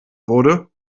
wurde